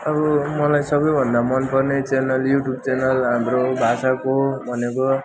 अब मलाई सबैभन्दा मन पर्ने च्यानल युट्युब च्यानल हाम्रो भाषाको भनेको